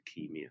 leukemia